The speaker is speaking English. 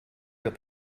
got